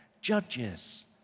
Judges